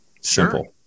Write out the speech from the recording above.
Simple